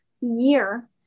year